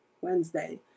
Wednesday